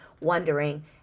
wondering